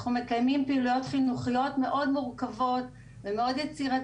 אנחנו מקיימים פעילויות חינוכיות מאוד מורכבות ויצירתיות,